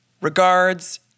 regards